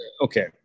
Okay